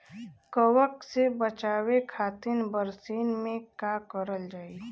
कवक से बचावे खातिन बरसीन मे का करल जाई?